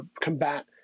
combat